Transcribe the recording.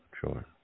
sure